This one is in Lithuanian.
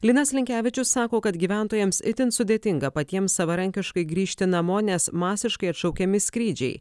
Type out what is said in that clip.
linas linkevičius sako kad gyventojams itin sudėtinga patiems savarankiškai grįžti namo nes masiškai atšaukiami skrydžiai